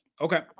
Okay